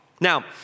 Now